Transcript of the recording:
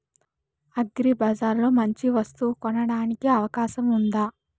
అగ్రిబజార్ లో మంచి వస్తువు కొనడానికి అవకాశం వుందా?